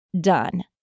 done